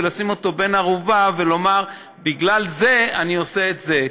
לשים אותו בן ערובה ולומר: בגלל זה אני עושה את זה.